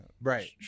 right